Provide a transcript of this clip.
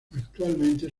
actualmente